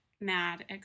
mad